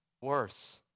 worse